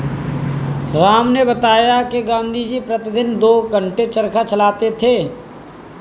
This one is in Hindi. राम ने बताया कि गांधी जी प्रतिदिन दो घंटे चरखा चलाते थे